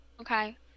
Okay